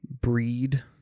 breed